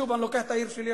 שוב אני לוקח את העיר שלי,